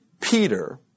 Peter